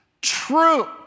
true